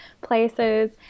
places